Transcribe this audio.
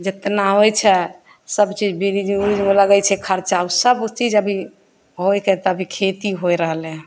जेतना होइ छै सभचीज लगै छै खर्चा सभचीज अभी होइके तऽ अभी खेती होइ रहलैहँ